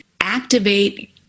activate